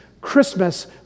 Christmas